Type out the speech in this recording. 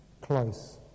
close